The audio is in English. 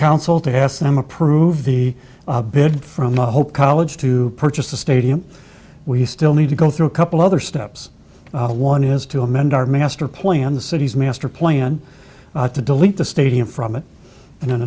council to have them approve the bid from the hope college to purchase the stadium we still need to go through a couple other steps one is to amend our master plan the city's master plan to delete the stadium from it and an